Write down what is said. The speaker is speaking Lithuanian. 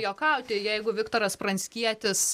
juokauti jeigu viktoras pranckietis